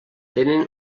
tenen